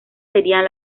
serían